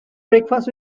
breakfast